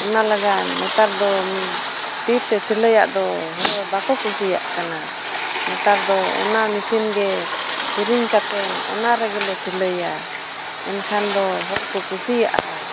ᱚᱱᱟ ᱞᱟᱹᱜᱤᱫ ᱱᱮᱛᱟᱨ ᱫᱚ ᱛᱤ ᱛᱮ ᱥᱤᱞᱟᱹᱭᱟᱜ ᱫᱚ ᱦᱚᱲ ᱵᱟᱠᱚ ᱠᱩᱥᱤᱭᱟᱜ ᱠᱟᱱᱟ ᱱᱮᱛᱟᱨ ᱫᱚ ᱚᱱᱟ ᱢᱮᱹᱥᱤᱱ ᱜᱮ ᱠᱤᱨᱤᱧ ᱠᱟᱛᱮᱫ ᱚᱱᱟ ᱨᱮᱜᱮᱞᱮ ᱥᱤᱞᱟᱹᱭᱟ ᱮᱱᱠᱷᱟᱱ ᱫᱚ ᱦᱚᱲ ᱠᱚ ᱠᱩᱥᱤᱭᱟᱜᱼᱟ